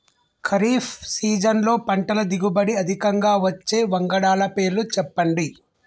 ఖరీఫ్ సీజన్లో పంటల దిగుబడి అధికంగా వచ్చే వంగడాల పేర్లు చెప్పండి?